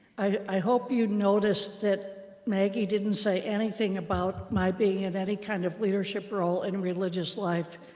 i hope you'd notice that maggie didn't say anything about my being in any kind of leadership role and in religious life.